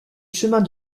chemins